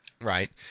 Right